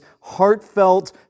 heartfelt